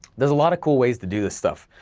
there's a lot of cool ways to do this stuff,